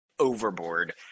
overboard